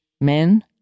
men